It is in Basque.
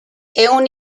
ehun